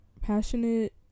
passionate